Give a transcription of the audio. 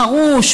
חרוש,